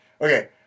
Okay